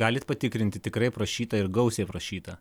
galit patikrinti tikrai aprašyta ir gausiai aprašyta